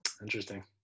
Interesting